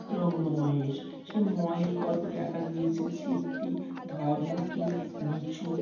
এবং মহেশ সেই মহেশ গল্প দেখা গিয়েছে যে একটি ধর্মকে নিচু